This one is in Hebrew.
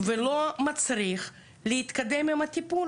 ולא מצריך להתקדם עם הטיפול.